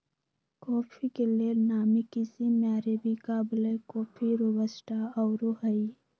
coffee के लेल नामी किशिम में अरेबिका, ब्लैक कॉफ़ी, रोबस्टा आउरो हइ